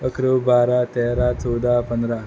इकरा बारा तेरा चवदा पंदरा